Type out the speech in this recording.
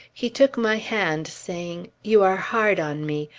he took my hand, saying, you are hard on me.